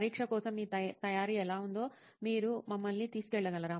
పరీక్ష కోసం మీ తయారీ ఎలా ఉంటుందో మీరు మమ్మల్ని తీసుకెళ్లగలరా